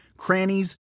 crannies